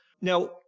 Now